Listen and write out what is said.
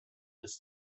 ist